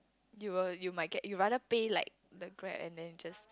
you will you might get you rather pay like the grab and then just